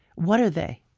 what are they?